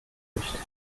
nicht